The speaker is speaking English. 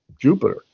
Jupiter